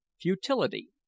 Futility